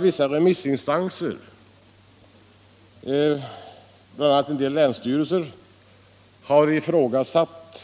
Vissa remissinstanser, bl.a. en del länsstyrelser, har ifrågasatt